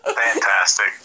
Fantastic